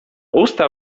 usta